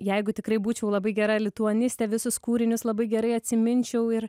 jeigu tikrai būčiau labai gera lituanistė visus kūrinius labai gerai atsiminčiau ir